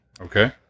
Okay